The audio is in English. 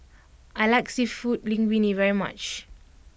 I like Seafood Linguine very much